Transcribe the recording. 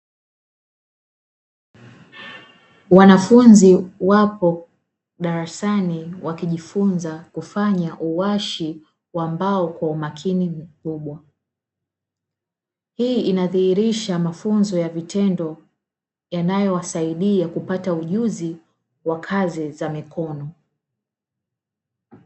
Wanafunzi wapo darasani wakijifunza kufanya uwashi wa mbao kwa umakini mkubwa, hii inadhihirisha mafunzo ya vitendo yanayowasaidia kupata ujuzi wa kazi za mikono.